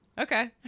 Okay